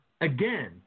Again